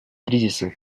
кризисы